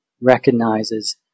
recognizes